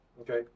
Okay